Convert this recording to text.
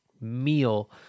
meal